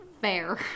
fair